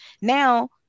Now